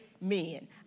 men